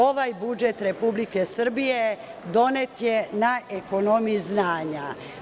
Ovaj budžet Republike Srbije donet je na ekonomiji znanja.